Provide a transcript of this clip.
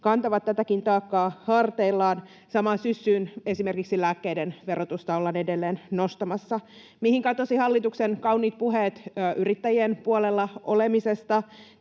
kantavat tätäkin taakkaa harteillaan. Samaan syssyyn esimerkiksi lääkkeiden verotusta ollaan edelleen nostamassa. Mihin katosivat hallituksen kauniit puheet yrittäjien puolella olemisesta?